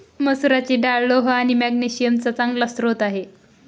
मसुराची डाळ लोह आणि मॅग्नेशिअम चा चांगला स्रोत आहे